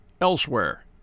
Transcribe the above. elsewhere